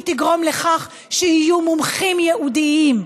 היא תגרום לכך שיהיו מומחים ייעודיים,